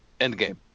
Endgame